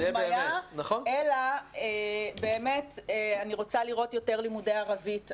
אלא באמת אני רוצה לראות יותר לימודי ערבית.